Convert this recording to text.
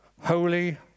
Holy